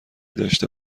داشته